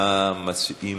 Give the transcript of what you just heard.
מה מציעים?